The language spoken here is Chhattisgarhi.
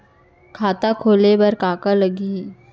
खाता खोले बार का का लागही?